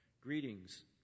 greetings